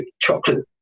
chocolate